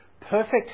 perfect